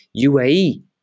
UAE